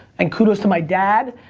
and kudos to my dad,